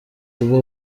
kuba